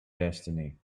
destiny